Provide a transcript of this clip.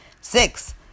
Six